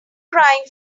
crying